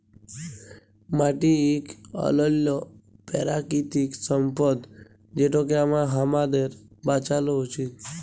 মাটি ইক অলল্য পেরাকিতিক সম্পদ যেটকে আমাদের বাঁচালো উচিত